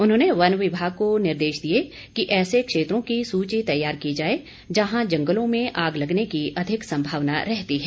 उन्होंने वन विभाग को निर्देश दिए कि ऐसे क्षेत्रों की सूची तैयार की जाए जहां जंगलों में आग लगने की अधिक संभावना रहती है